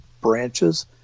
branches